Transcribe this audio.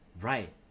Right